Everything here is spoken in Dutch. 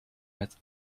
met